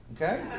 Okay